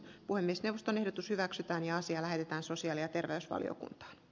puhemiesneuvoston ehdotus hyväksytään ja asia lähetetään sosiaali noilla alueilla